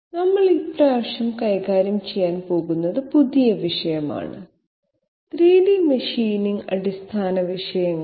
അതിനാൽ ഇത്തവണ നമ്മൾ തീർത്തും പുതിയ വിഷയം കൈകാര്യം ചെയ്യാൻ പോകുന്നു 3D മെഷീനിംഗ് അടിസ്ഥാന ആശയങ്ങൾ